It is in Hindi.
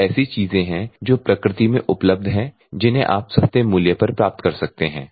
ये ऐसी चीजें हैं जो प्रकृति में उपलब्ध हैं जिन्हें आप सस्ते मूल्य पर प्राप्त कर सकते हैं